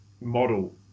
model